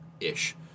ish